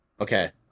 Okay